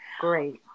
Great